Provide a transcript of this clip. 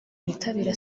bitabira